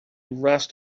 rest